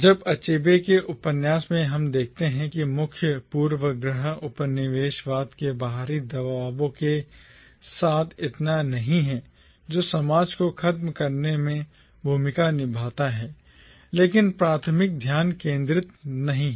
अब अचेबे के उपन्यास में हम देखते हैं कि मुख्य पूर्वाग्रह उपनिवेशवाद के बाहरी दबावों के साथ इतना नहीं है जो समाज को खत्म करने में भूमिका निभाता है लेकिन प्राथमिक ध्यान केंद्रित नहीं है